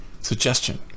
suggestion